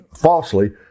falsely